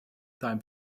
time